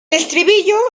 estribillo